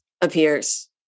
appears